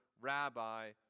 rabbi